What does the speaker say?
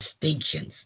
distinctions